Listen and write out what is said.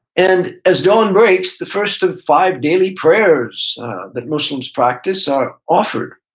and as dawn breaks, the first of five daily prayers that muslims practice are offered.